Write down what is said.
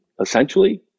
essentially